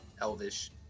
elvish